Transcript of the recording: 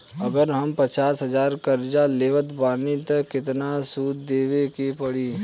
अगर हम पचास हज़ार कर्जा लेवत बानी त केतना सूद देवे के पड़ी?